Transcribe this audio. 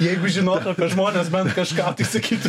jeigu žinotų apie žmones bent kažką tai sakytų